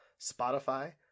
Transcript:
Spotify